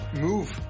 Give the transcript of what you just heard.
move